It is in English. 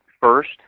first